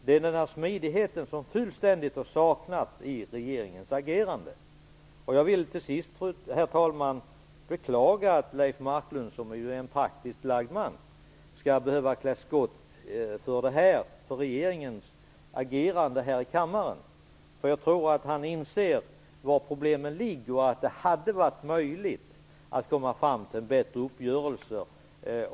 Det är denna smidighet som fullständigt har saknats i regeringens agerande. Jag vill till sist, herr talman, beklaga att Leif Marklund, som ju är en praktiskt lagd man, skall behöva klä skott här i kammaren för regeringens agerande. Jag tror att han inser var problemen finns och att det hade varit möjligt att komma fram till en bättre uppgörelse.